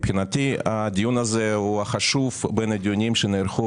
מבחינתי הדיון הזה הוא החשוב מהדיונים שנערכו